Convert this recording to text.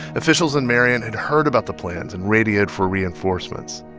officials in marion had heard about the plans and radioed for reinforcements.